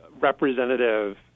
representative